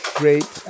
great